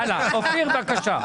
הלאה, אופיר בבקשה.